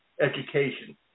education